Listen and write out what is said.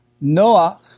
Noah